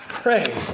Pray